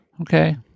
Okay